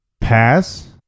pass